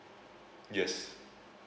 yes